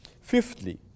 Fifthly